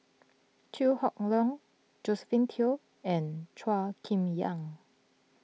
Chew Hock Leong Josephine Teo and Chua Chim Yang